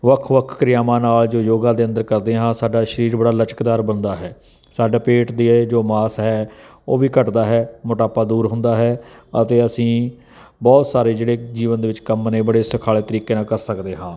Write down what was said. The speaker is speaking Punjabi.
ਵੱਖ ਵੱਖ ਕਿਰਿਆਵਾਂ ਨਾਲ ਜੋ ਯੋਗਾ ਦੇ ਅੰਦਰ ਕਰਦੇ ਹਾਂ ਸਾਡਾ ਸਰੀਰ ਬੜਾ ਲਚਕਦਾਰ ਬਣਦਾ ਹੈ ਸਾਡਾ ਪੇਟ ਦੀ ਜੋ ਮਾਸ ਹੈ ਉਹ ਵੀ ਘਟਦਾ ਹੈ ਮੋਟਾਪਾ ਦੂਰ ਹੁੰਦਾ ਹੈ ਅਤੇ ਅਸੀਂ ਬਹੁਤ ਸਾਰੇ ਜਿਹੜੇ ਜੀਵਨ ਦੇ ਵਿੱਚ ਕੰਮ ਨੇ ਬੜੇ ਸੁਖਾਲੇ ਤਰੀਕੇ ਨਾਲ ਕਰ ਸਕਦੇ ਹਾਂ